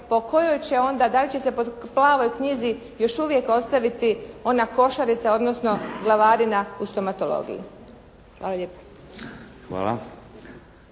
po kojoj će onda, da li će se po «plavoj knjizi» još uvijek ostaviti ona košarica odnosno glavarina u stomatologiji. Hvala lijepa.